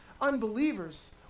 unbelievers